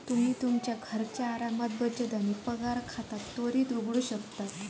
तुम्ही तुमच्यो घरचा आरामात बचत आणि पगार खाता त्वरित उघडू शकता